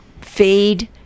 feed